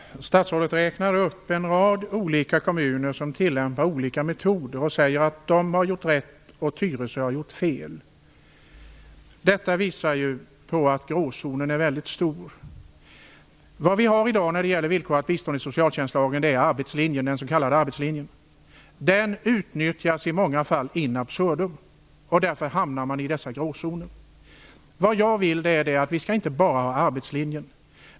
Fru talman! Statsrådet räknar upp en rad olika kommuner som tillämpar olika metoder och säger att man har gjort rätt där och att man har gjort fel i Tyresö. Detta visar att gråzonen är väldigt stor. Vad vi har i dag när det gäller villkorat bistånd i socialtjänstlagen är den s.k. arbetslinjen. Den utnyttjas i många fall in absurdum. Därför hamnar man i dessa gråzoner. Det jag vill är att vi inte enbart skall tillämpa arbetslinjen.